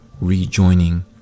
rejoining